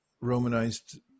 Romanized